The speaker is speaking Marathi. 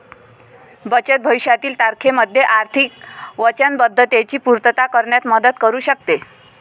बचत भविष्यातील तारखेमध्ये आर्थिक वचनबद्धतेची पूर्तता करण्यात मदत करू शकते